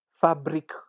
fabric